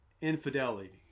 infidelity